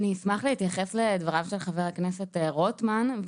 אני אשמח להתייחס לדבריו של חבר הכנסת רוטמן.